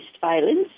violence